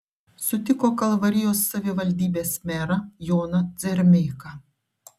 sutiko kalvarijos savivaldybės merą joną dzermeiką